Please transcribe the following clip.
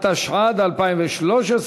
התשע"ד 2013,